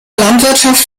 landwirtschaft